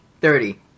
Thirty